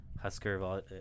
Husker